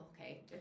okay